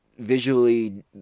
visually